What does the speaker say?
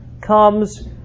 comes